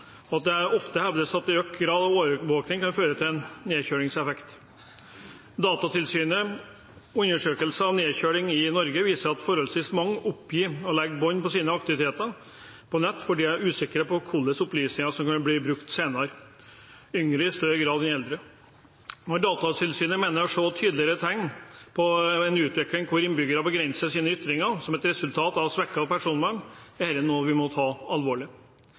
og det hevdes ofte at økt grad av overvåking kan ha en «nedkjølingseffekt». Datatilsynets undersøkelse av «nedkjøling» i Norge viser at forholdsvis mange oppgir å legge bånd på sine aktiviteter på nettet fordi de er usikre på hvordan opplysningene kan bli brukt senere – yngre i større grad enn eldre. Når Datatilsynet mener å se tydelige tegn på en utvikling der innbyggerne begrenser sine ytringer som et resultat av svekket personvern, er dette noe vi må ta alvorlig.